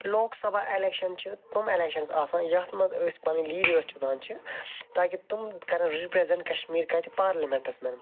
لوک Sabha election چھِ تم elections آسان یتھ مَنٛز أسۍ پَنن لیٖڈرس چُنان چھِ تاکہ تم کَرَن رِپریٚزیٚنٹ کَشمیٖر کَتہِ پارلِمیٚنٹَس مَنٛز